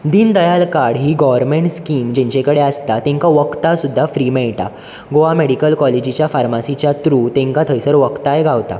दिन दयाल कार्ड ही government scheme जेंचे कडेन आसता तांकां वखदां सुद्दां फ्रि मेळटा गोवा मॅडीकल कॉलेजिच्या फारमासीचा त्रू तांकां थंयसर वकतांय गावता